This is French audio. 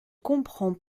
comprends